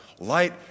light